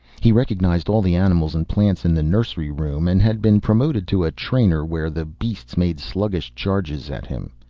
he recognized all the animals and plants in the nursery room and had been promoted to a trainer where the beasts made sluggish charges at him.